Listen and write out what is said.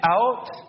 out